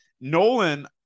Nolan